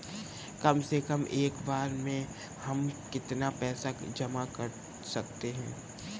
कम से कम एक बार में हम कितना पैसा जमा कर सकते हैं?